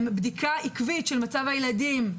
בדיקה עקבית של מצב הילדים,